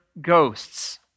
ghosts